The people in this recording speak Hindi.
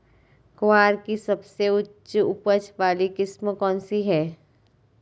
ग्वार की सबसे उच्च उपज वाली किस्म कौनसी है?